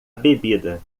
bebida